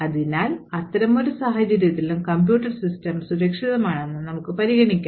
അതിനാൽ അത്തരമൊരു സാഹചര്യത്തിലും കമ്പ്യൂട്ടർ സിസ്റ്റം സുരക്ഷിതമാണെന്ന് നമുക്ക് പരിഗണിക്കാം